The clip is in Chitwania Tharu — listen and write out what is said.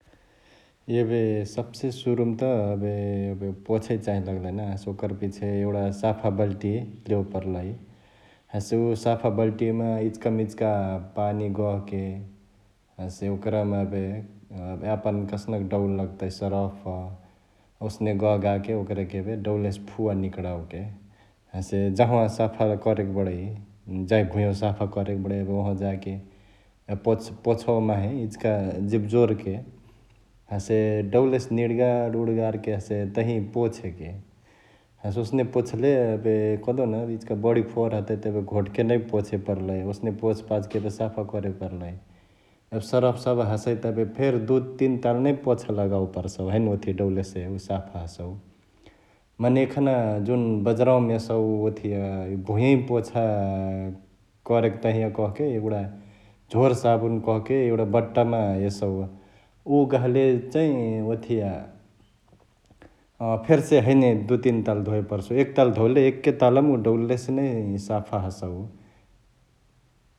एबे सब्से सुरुमा त एबे, एबे पोछा चांही लगलई ना हसे ओकर पिछे एगुडा साफा बल्टी लेवे परलई । हसे उअ साफा बल्टियामा इचिकमिचिका पानी गहके हसे ओकरमा एबे यापन कसनक डौल लगतई सरफ, ओसने गहगाहके ओकरके एबे डौलेसे फुवा निकडओके । हसे जंहवा साफा करेके बडै, जांही भुंयवा साफा करके बडै एबे वंहावा जाके एबे पोछ्....पोछवा माहे इचिका जिबजोरके हसे डौलेसे निडगारउडगारके हसे तंही पोछेके । हसे ओसने पोछले एबे कहदेउन इचिका बढी फोहर हतै त एबे घोट नै पोछे परलई ओसने पोछ पाछ्के एबे साफा करे परलई ।एबे सरफ सभ हसै त एबे फेरी दुइ तीन ताल नै पोछा लगावे परसउ हैने ओथिया डौलेसे साफा हसौ । मने एखना जुन बजारवामा एसौ ओथिया इअ भुंयवै पोछा करके तहिया कहके एगुडा झोर साबुन कहके एगुडा बट्टामा एसउ उ गहले चैं ओथिया फेरसे हैने दुइतीन ताल धोए परसउ एक ताल धोउले एके तालमा उ डौलेसे नै साफा हसउ ।